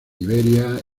iberia